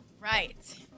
right